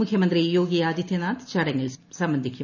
മുഖ്യമന്ത്രി യോഗി ആദിത്യനാഥ് ചടങ്ങിൽ സംബന്ധിക്കും